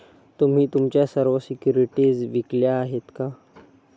तुम्ही तुमच्या सर्व सिक्युरिटीज विकल्या आहेत का?